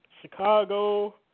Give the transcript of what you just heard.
Chicago